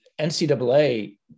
NCAA